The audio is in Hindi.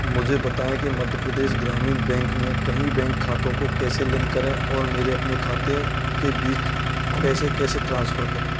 मुझे बताएँ कि मध्य प्रदेश ग्रामीण बैंक में कईं बैंक खातोँ को कैसे लिंक करें और मेरे अपने खाते के बीच पैसे कैसे ट्रांसफ़र करें